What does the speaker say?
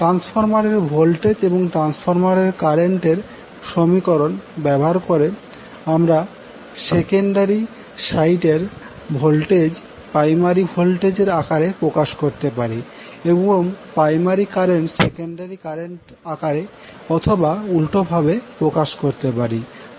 transformer এর voltage এবং transformer এর কারেন্ট এর সমীকরণ ব্যবহার করে আমরা সেকেন্ডারি সাইট এর ভোল্টেজ প্রাইমারি ভোল্টেজের আকারে প্রকাশ করতে পারি এবং প্রাইমারি কারেন্ট সেকেন্ডারি কারেন্ট আকারে অথবা উল্টো ভাবে প্রকাশ করতে পারি